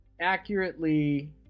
accurately